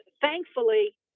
thankfully